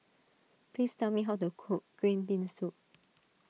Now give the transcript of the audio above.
please tell me how to cook Green Bean Soup